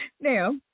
Now